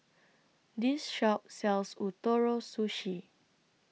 This Shop sells Ootoro Sushi